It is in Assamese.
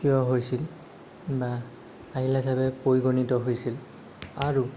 থিয় হৈছিল বা আহিলা হিচাপে পৰিগণিত হৈছিল আৰু